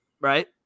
Right